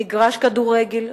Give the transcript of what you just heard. מגרש הכדורגל,